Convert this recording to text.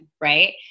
right